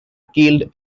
killed